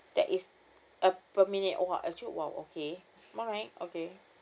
that is uh per minute oh !wow! actually !wow! okay alright okay